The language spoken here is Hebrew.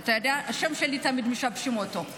אתה יודע, תמיד משבשים את השם שלי.